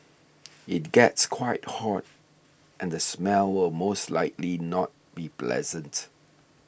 it gets quite hot and the smell will most likely not be pleasant